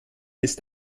ist